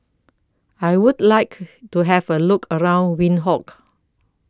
I Would like to Have A Look around Windhoek